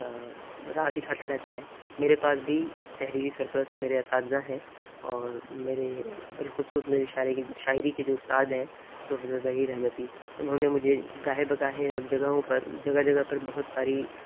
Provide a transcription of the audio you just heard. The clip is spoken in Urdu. راہ دکھاتا رہتا ہے میرے پاس بھی تحریری سرپرست میرے اساتذہ ہیں اور میرے بالخصوص میری شاعری کی شاعری کے جو استاد ہیں پروفیسر ظہیر رحمتی انہوں نے مجھے گاہے بگاہے اور جگہوں پر جگہ جگہ پر بہت ساری